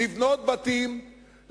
לבנות בתים,